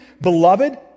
Beloved